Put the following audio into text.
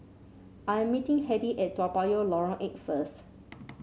I am meeting Heidy at Toa Payoh Lorong Eight first